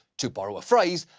to borrow a phrase,